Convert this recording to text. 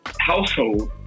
household